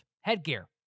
headgear